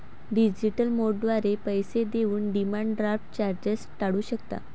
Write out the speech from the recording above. digital मोडद्वारे पैसे देऊन डिमांड ड्राफ्ट चार्जेस टाळू शकता